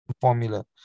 formula